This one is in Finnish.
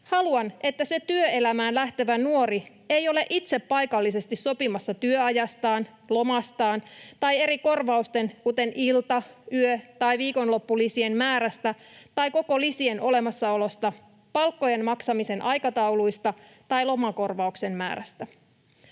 Haluan, että se työelämään lähtevä nuori ei ole itse paikallisesti sopimassa työajastaan, lomastaan tai eri korvausten, kuten ilta-, yö- tai viikonloppulisien määrästä tai koko lisien olemassaolosta, palkkojen maksamisen aikatauluista tai lomakorvauksien määrästä.